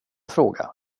fråga